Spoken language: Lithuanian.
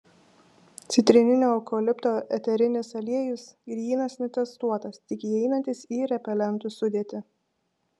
citrininio eukalipto eterinis aliejus grynas netestuotas tik įeinantis į repelentų sudėtį